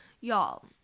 y'all